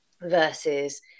Versus